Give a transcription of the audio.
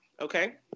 Okay